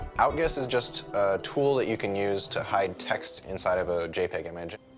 outguess is just a tool that you can use to hide text inside of a jpeg image.